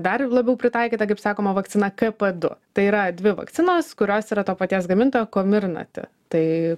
dar ir labiau pritaikyta kaip sakoma vakcina k du tai yra dvi vakcinos kurios yra to paties gamintojo komirnati tai